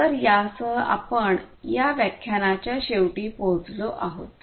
तर् यासह आपण या व्याख्यानाच्या शेवटी पोहोचलो आहोत